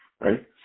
right